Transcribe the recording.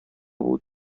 بود